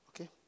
Okay